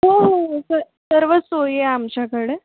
हो हो हो सर सर्व सोयी आमच्याकडे